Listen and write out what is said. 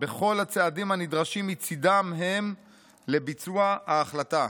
בכל הצעדים הנדרשים מצידם הם לביצוע ההחלטה.